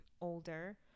older